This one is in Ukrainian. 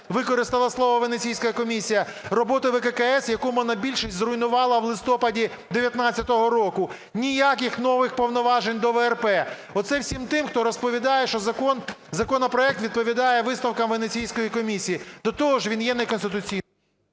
використала слово Венеційська комісія, роботи ВККС, яку монобільшість зруйнувала в листопаді 2019 року. Ніяких нових повноважень до ВРП. Оце всім тим, хто розповідає, що законопроект відповідає висновкам Венеційської комісії. До того ж він є неконституційним…